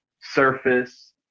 surface